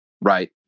right